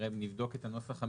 נבדוק את הנוסח המדויק,